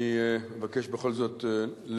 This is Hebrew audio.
אני אבקש בכל זאת לדייק,